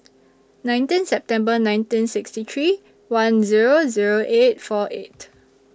nineteen September nineteen sixty three one Zero Zero eight four eight